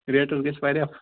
ریٹَس گژھِ واریاہ